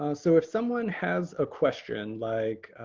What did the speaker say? ah so if someone has a question like,